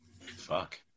Fuck